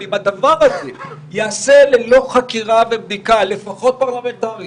אם הדבר הזה ייעשה ללא חקירה ובדיקה לפחות פרלמנטרית,